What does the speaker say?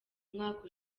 mwaka